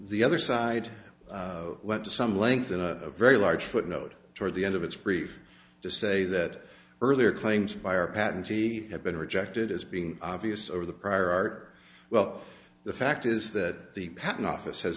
the other side went to some length in a very large footnote toward the end of its brief to say that earlier claims by or patente have been rejected as being obvious over the prior art well the fact is that the patent office has